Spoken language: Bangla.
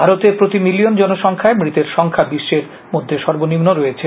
ভারতে প্রতি মিলিয়ন জনসংখ্যায় মৃতের সংখ্যা বিশ্বের মধ্যে সর্বনিম্ন রয়েছে